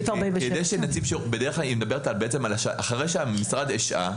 סעיף 47. היא מדברת בעצם על אחרי שהמשרד השעה,